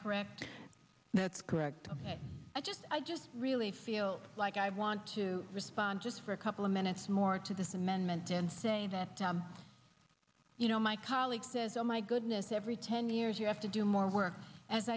correct that's correct i just i just really feel like i want to respond just for a couple of minutes more to this amendment and that you know my colleague says oh my goodness every ten years you have to do more work as